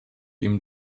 ihm